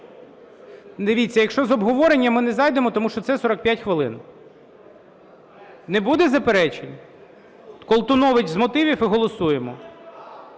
Дивіться, якщо з обговоренням, ми не зайдемо, тому що це 45 хвилин. Не буде заперечень? Колтунович з мотивів і голосуємо.